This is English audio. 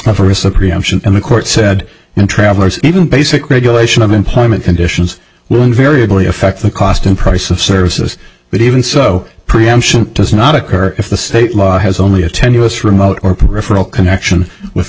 supreme court said in travelers even basic regulation of employment conditions will invariably affect the cost and price of services but even so preemption does not occur if the state law has only a tenuous remote or peripheral connection with